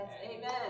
Amen